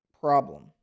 problem